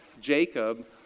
Jacob